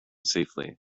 safely